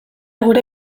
gure